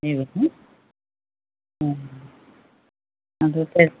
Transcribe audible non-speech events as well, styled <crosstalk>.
<unintelligible>